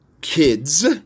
kids